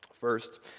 First